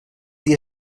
dia